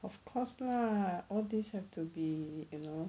of course lah all these have to be you know